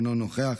אינו נוכח,